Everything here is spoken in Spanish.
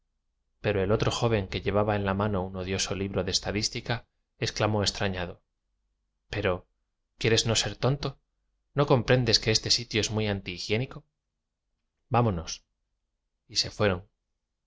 pero el otro joven que llevaba en la mano un odioso li bro de estadística exclamó extrañado pero quieres no ser tonto no compren des que este sitio es muy antihigiénico vámonos y se fueron